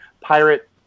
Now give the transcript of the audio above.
pirate